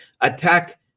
attack